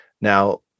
Now